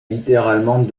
littéralement